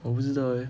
我不知道 eh